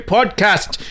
Podcast